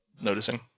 noticing